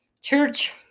church